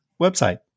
website